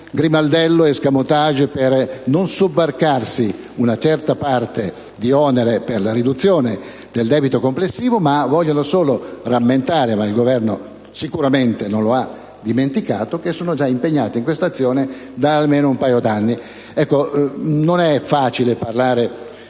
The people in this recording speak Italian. grimaldello o *escamotage* per non sobbarcarsi una certa parte di onere per la riduzione del debito complessivo, ma vogliono solo rammentare - ma il Governo sicuramente non lo ha dimenticato - che sono già impegnate in quest'azione da almeno un paio d'anni. Non è facile parlare di queste